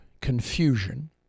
confusion